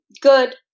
good